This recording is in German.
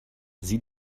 sieh